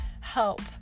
help